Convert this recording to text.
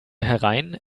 herein